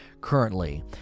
currently